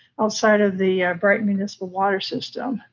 outside of the brighton municipal water system.